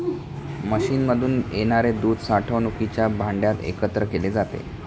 मशीनमधून येणारे दूध साठवणुकीच्या भांड्यात एकत्र केले जाते